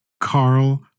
Carl